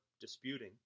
disputing